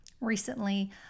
Recently